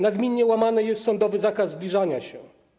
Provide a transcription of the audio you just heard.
Nagminnie łamany jest sądowy zakaz zbliżania się.